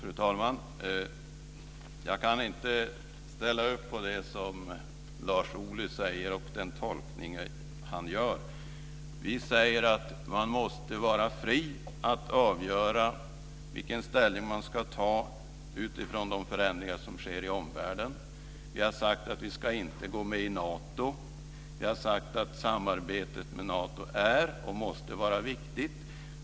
Fru talman! Jag kan inte ställa upp på det som Lars Ohly säger och den tolkning han gör. Vi säger att man måste vara fri att avgöra vilken ställning man ska ta utifrån de förändringar som sker i omvärlden. Vi har sagt att vi inte ska gå med i Nato. Vi har sagt att samarbetet med Nato är och måste vara viktigt.